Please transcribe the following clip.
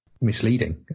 misleading